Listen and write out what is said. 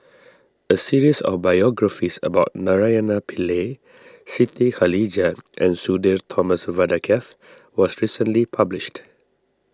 a series of biographies about Naraina Pillai Siti Khalijah and Sudhir Thomas Vadaketh was recently published